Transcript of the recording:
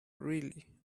really